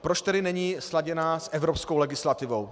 Proč tedy není sladěná s evropskou legislativou?